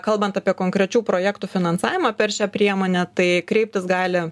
kalbant apie konkrečių projektų finansavimą per šią priemonę tai kreiptis gali